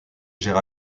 gère